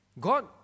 God